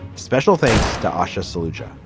special thanks to asha solution.